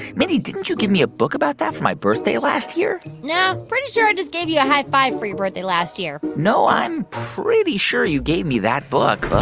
mindy, didn't you give me a book about that for my birthday last year? no, pretty sure i just gave you a high-five for your birthday last year no, i'm pretty sure you gave me that book.